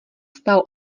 stál